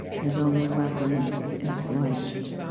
his only weapon is flight.